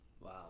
Wow